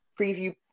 preview